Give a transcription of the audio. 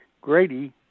Grady